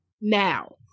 now